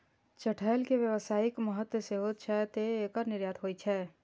चठैल के व्यावसायिक महत्व सेहो छै, तें एकर निर्यात होइ छै